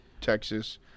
Texas